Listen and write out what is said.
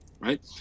right